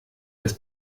des